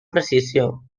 precisió